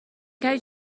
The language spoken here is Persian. کردی